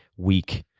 week,